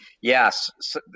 Yes